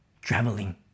traveling